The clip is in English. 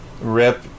rip